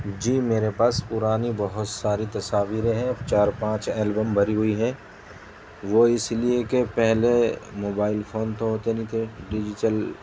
جی میرے پاس پرانی بہت ساری تصاویر ہیں چار پانچ البم بھری ہوئی ہیں وہ اس لیے کہ پہلے موبائل فون تو ہوتے نہیں تھے ڈیجیٹل